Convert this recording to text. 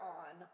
on